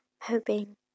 Hoping